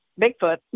Bigfoot